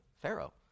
Pharaoh